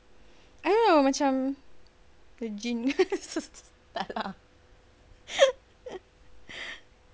I don't know eh macam the jinx tak lah